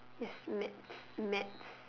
yes maths maths